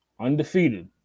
Undefeated